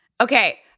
Okay